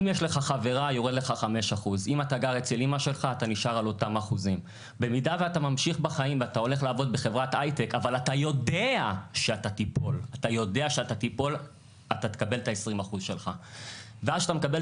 אם יש לך חברה יורד לך 5%. אם אתה גר